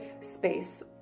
space